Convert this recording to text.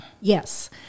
Yes